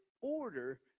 order